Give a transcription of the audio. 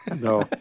No